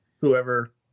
whoever